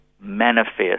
manifest